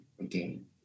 again